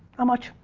much.